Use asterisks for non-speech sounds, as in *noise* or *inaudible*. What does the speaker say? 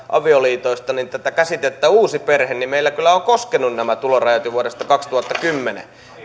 *unintelligible* avioliitoista tätä käsitettä uusi perhe meillä kyllä ovat koskeneet nämä tulorajat jo vuodesta kaksituhattakymmenen